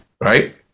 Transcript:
Right